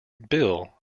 bill